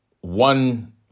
one